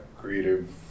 creative